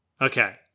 Okay